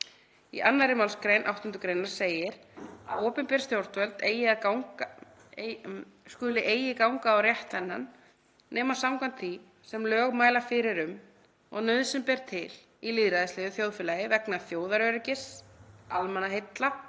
Í 2. mgr. 8. gr. segir að „[o]pinber stjórnvöld skuli eigi ganga á rétt þennan nema samkvæmt því sem lög mæla fyrir um og nauðsyn ber til í lýðræðislegu þjóðfélagi vegna þjóðaröryggis, almannaheilla